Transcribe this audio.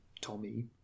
Tommy